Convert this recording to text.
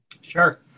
Sure